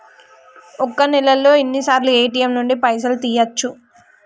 ఒక్క నెలలో ఎన్నిసార్లు ఏ.టి.ఎమ్ నుండి పైసలు తీయచ్చు?